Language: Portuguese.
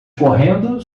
correndo